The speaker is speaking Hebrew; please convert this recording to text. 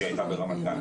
היא הייתה ברמת גן,